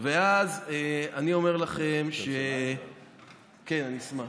אני אומר לכם, חסינות,